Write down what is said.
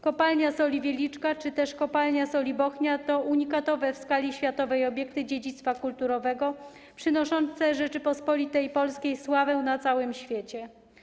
Kopalnia Soli Wieliczka czy też Kopalnia Soli Bochnia to unikatowe w skali światowej obiekty dziedzictwa kulturowego, przynoszące Rzeczypospolitej Polskiej sławę na całym świecie.